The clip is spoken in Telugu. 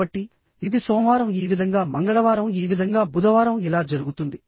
కాబట్టి ఇది సోమవారం ఈ విధంగా మంగళవారం ఈ విధంగా బుధవారం ఇలా జరుగుతుంది